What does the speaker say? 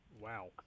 Wow